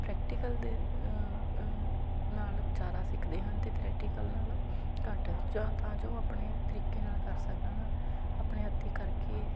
practical ਦੇ ਨਾਲ ਜ਼ਿਆਦਾ ਸਿੱਖਦੇ ਹਨ ਅਤੇ ਥਰੈਟੀਕਲ ਨਾਲ ਘੱਟ ਜਾਂ ਤਾਂ ਜੋ ਆਪਣੇ ਤਰੀਕੇ ਨਾਲ ਕਰ ਸਕਣ ਆਪਣੇ ਹੱਥੀਂ ਕਰਕੇ